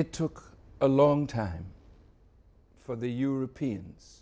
it took a long time for the europeans